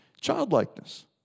Childlikeness